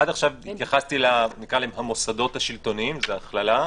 עד עכשיו התייחסתי למוסדות השלטוניים, זו הכללה,